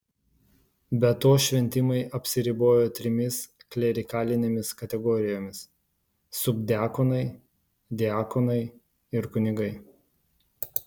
be to šventimai apsiribojo trimis klerikalinėmis kategorijomis subdiakonai diakonai ir kunigai